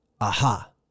aha